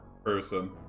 person